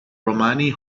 romani